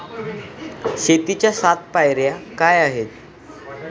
शेतीच्या सात पायऱ्या काय आहेत?